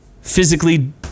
physically